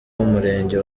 w’umurenge